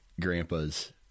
grandpa's